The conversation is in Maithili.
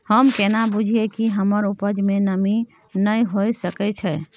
हम केना बुझीये कि हमर उपज में नमी नय हुए सके छै?